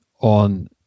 on